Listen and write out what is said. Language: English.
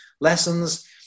lessons